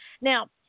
Now